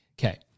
Okay